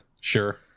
Sure